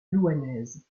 louhannaise